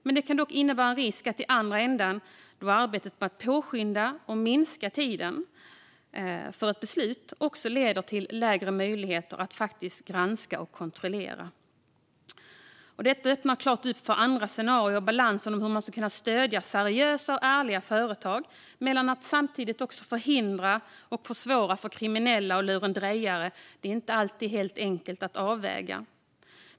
Detta kan dock innebära en risk i andra ändan, då arbetet med att påskynda och minska tiden för ett beslut leder till mindre möjligheter att granska och kontrollera. Detta öppnar upp för andra scenarier. Balansen mellan att kunna stödja seriösa och ärliga företag och att förhindra och försvåra för kriminella och lurendrejare är inte alltid helt enkel.